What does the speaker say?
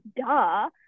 duh